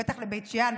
בטח לבית שאן,